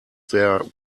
their